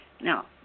Now